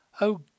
Oh